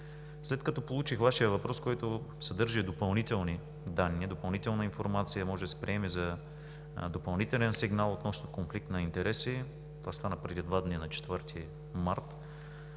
След като получих Вашия въпрос, който съдържа допълнителни данни, допълнителна информация и може да се приеме за сигнал относно конфликт на интереси – това стана преди два дни – на 4 март,